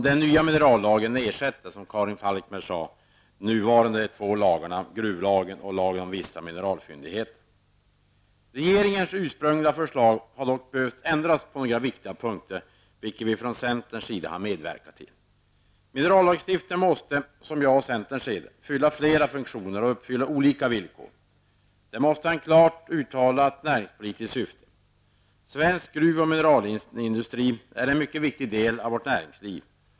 Den nya minerallagen ersätter, som Karin Falkmer sade, de nuvarande två lagarna, gruvlagen och lagen om vissa mineralfyndigheter. Regeringens ursprungliga förslag har dock behövts ändras på några viktiga punkter, vilket vi från centern medverkat till. Minerallagstiftningen måste, som jag och centern ser det, fylla flera funktioner och uppfylla olika villkor. Den måste ha ett klart uttalat näringspolitiskt syfte. Svensk gruvoch mineralindustri är en mycket viktig del av vårt näringsliv.